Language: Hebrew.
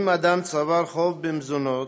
אם אדם צבר חוב במזונות,